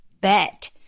bet